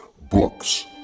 Books